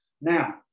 now